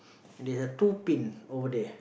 and they have two pin over there